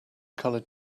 colored